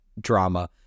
drama